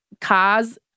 Cars